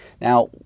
Now